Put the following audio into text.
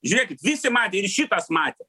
žiūrėkit visi matė ir šitas matė